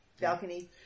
balcony